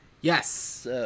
Yes